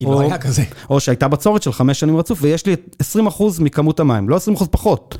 או שהייתה בצורת של חמש שנים רצוף, ויש לי עשרים אחוז מכמות המים, לא עשרים אחוז פחות.